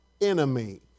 enemy